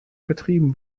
vertrieben